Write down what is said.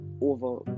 over